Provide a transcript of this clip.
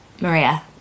Maria